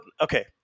Okay